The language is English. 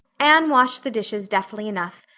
anne washed the dishes deftly enough,